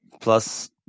plus